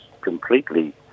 completely